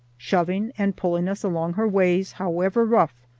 shoving and pulling us along her ways, however rough,